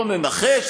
בואו ננחש,